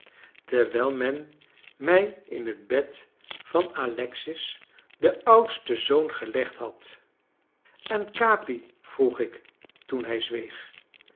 terwijl men mij in het bed van alexis den oudsten zoon gelegd had en capi vroeg ik toen hij zweeg